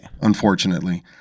Unfortunately